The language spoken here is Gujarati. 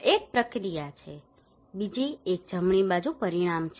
એક પ્રક્રિયા છે બીજી એક જમણી બાજુ પરિણામ છે